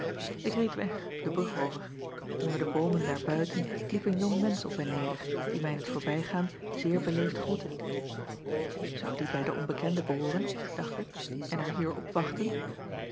k reed weg de brug over onder de boomen daarbuiten liep een jong mensch op en neder die mij in t voorbijgaan zeer beleefd groette ou die bij de onbekende behooren dacht ik en haar hier opwachten